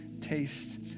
taste